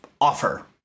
offer